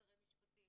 שרי משפטים,